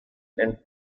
and